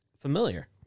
familiar